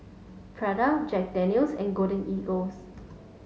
Prada Jack Daniel's and Golden Eagle